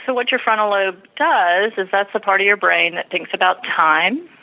what's your frontal lobe does is that's the part of your brain that thinks about time,